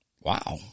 wow